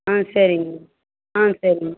ஆ சரிங்க மேடம் ஆ சரிங்க மேம்